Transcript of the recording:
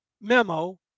memo